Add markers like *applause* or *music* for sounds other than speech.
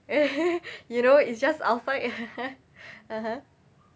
eh *laughs* you know it's just outside *laughs* (uh huh)